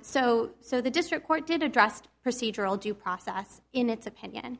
so so the district court did addressed procedural due process in its opinion